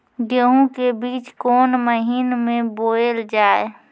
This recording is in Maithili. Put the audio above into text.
गेहूँ के बीच कोन महीन मे बोएल जाए?